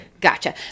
Gotcha